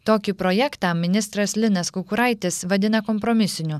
tokį projektą ministras linas kukuraitis vadina kompromisiniu